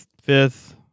fifth